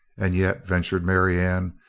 and yet, ventured marianne,